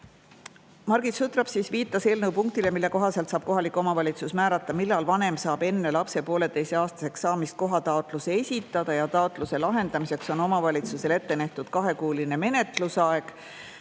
Margit Sutrop viitas eelnõu punktile, mille kohaselt saab kohalik omavalitsus määrata, millal vanem saab enne lapse poolteiseaastaseks saamist kohataotluse esitada, ja taotluse lahendamiseks on omavalitsusele ette nähtud kahekuuline menetlusaeg.